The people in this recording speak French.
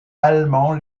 allemand